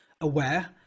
aware